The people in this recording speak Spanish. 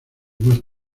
más